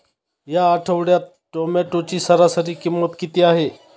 या आठवड्यात टोमॅटोची सरासरी किंमत किती आहे?